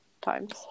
times